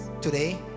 today